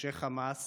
אנשי חמאס